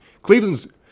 Cleveland's